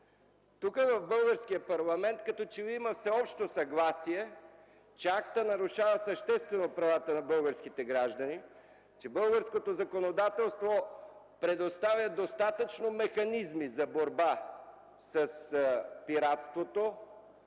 В българския парламент като че ли има всеобщо съгласие, че АСТА нарушава съществено правата на българските граждани, че българското законодателство предоставя достатъчно механизми за борба с пиратството,